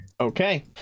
Okay